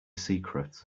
secret